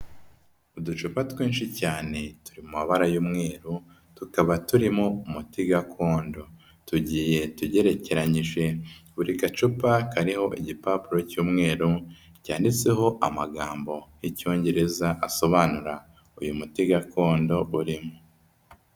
Uducupa twinshi cyane, turi mu mabara y'umweru, tukaba turimo umuti gakondo. Tugiye tugerekeranyije, buri gacupa kariho igipapuro cy'umweru, cyanditseho amagambo y'icyongereza asobanura uyu muti gakondo urimo.